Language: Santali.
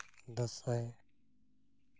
ᱫᱟᱸᱥᱟᱭ